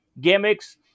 gimmicks